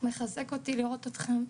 מחזק אותי לראות אתכם,